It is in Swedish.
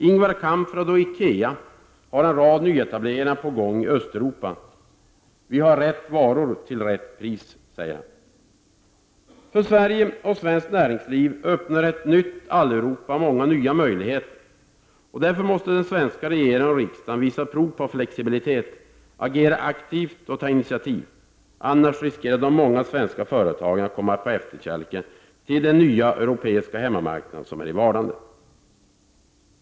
Ingvar Kamprad och IKEA har en rad nyetableringar på gång i Östeuropa. ”Vi har rätt varor till rätt pris”, säger han. För Sverige och svenskt näringsliv öppnar ett nytt Alleuropa många nya möjligheter. Därför måste den svenska regeringen och riksdagen visa prov på flexibilitet — agera aktivt och ta initiativ. Annars riskerar de många svenska företagen att komma på efterkälken i förhållande till de nya europeiska hemmamarknaderna i vardande.